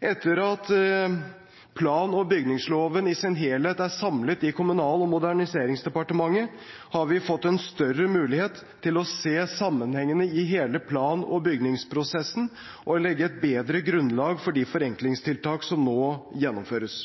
Etter at plan- og bygningsloven i sin helhet er samlet i Kommunal- og moderniseringsdepartementet, har vi fått en større mulighet til å se sammenhengene i hele plan- og bygningsprosessen og å legge et bedre grunnlag for de forenklingstiltak som nå gjennomføres.